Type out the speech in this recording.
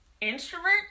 introvert